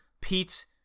Pete